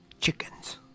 chickens